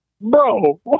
bro